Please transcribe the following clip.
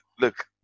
look